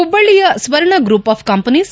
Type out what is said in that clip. ಹುಬ್ಲ್ದಿಯ Swarna group of companies